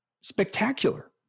spectacular